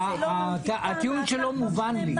הטיעון שלו מובן לי.